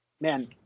Man